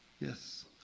Yes